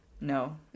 no